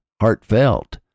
heartfelt